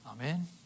Amen